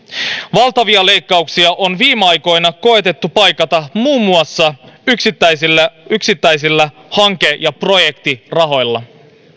valtavia leikkauksia on viime aikoina koetettu paikata muun muassa yksittäisillä yksittäisillä hanke ja projektirahoilla